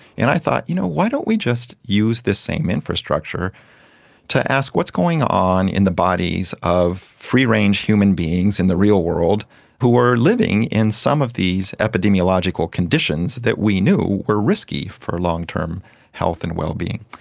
and i thought, you know, why don't we just use this same infrastructure to ask what's going on in the bodies of free range human beings in the real world who are living in some of these epidemiological conditions that we knew were risky for long-term health and well-being.